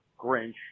Grinch